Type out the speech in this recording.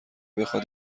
بخواد